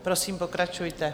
Prosím, pokračujte.